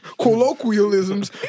colloquialisms